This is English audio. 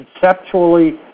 conceptually